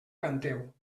canteu